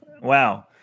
Wow